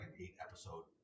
eight-episode